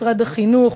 משרד החינוך,